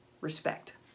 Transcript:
respect